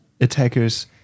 attackers